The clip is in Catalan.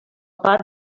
part